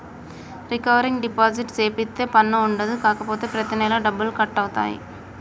recurring deposit సేపిత్తే పన్ను ఉండదు కాపోతే ప్రతి నెలా డబ్బులు కట్ అవుతాయి